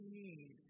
need